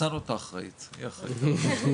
מעקב אחר היערכות לסגירת התחנות הפחמיות.